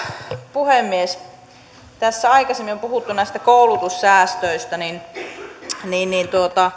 puhemies kun tässä aikaisemmin on puhuttu näistä koulutussäästöistä niin niin